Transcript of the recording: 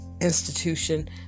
institution